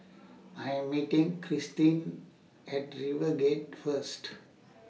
I Am meeting Kristyn At RiverGate First